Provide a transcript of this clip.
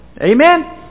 Amen